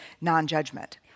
non-judgment